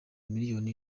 miliyoni